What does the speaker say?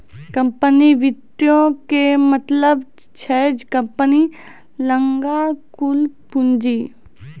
company वित्तो के मतलब छै कम्पनी लगां कुल पूंजी